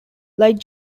like